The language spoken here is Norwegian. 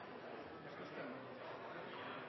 jeg skal